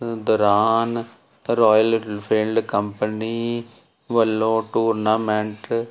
ਦੌਰਾਨ Royal Enfield company ਵੱਲੋਂ tournament